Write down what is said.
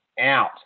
out